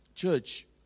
Church